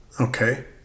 okay